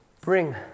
bring